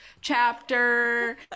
chapter